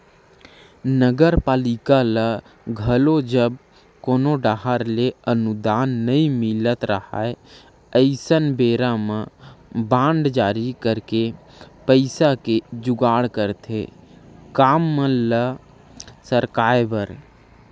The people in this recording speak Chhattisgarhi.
नगरपालिका ल घलो जब कोनो डाहर ले अनुदान नई मिलत राहय अइसन बेरा म बांड जारी करके पइसा के जुगाड़ करथे काम मन ल सरकाय बर